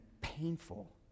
painful